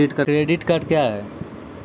Credit card क्या हैं?